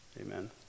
amen